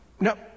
No